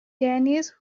denise